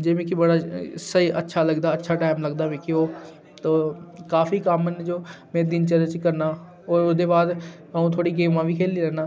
जे मिकी बड़ा स्हेई अच्छा लगदा अच्छा टाइम लगदा मिकी ओह् काफी तो कम्म न जो में दिनचर्या च करना और ओह्दे बाद अ'ऊं थोह्ड़ी गेमां बी खेह्ली लैन्नां